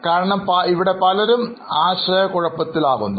കാരണം ഇവിടെ പലരും ആശയക്കുഴപ്പത്തിൽ ആകുന്നു